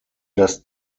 das